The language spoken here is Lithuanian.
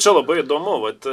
čia labai įdomu vat